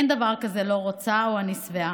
אין דבר כזה "לא רוצה" או "אני שבעה".